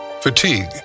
fatigue